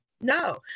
no